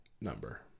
number